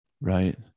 Right